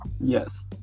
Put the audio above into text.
yes